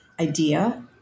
idea